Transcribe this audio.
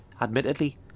Admittedly